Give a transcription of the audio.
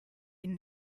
ihn